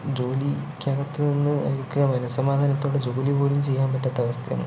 ജോലിക്കകത്തുനിന്നു ഒക്കെ മനസമാധാനത്തോടെ ജോലി പോലും ചെയ്യാൻ പറ്റാത്തൊരവസ്ഥയാണ്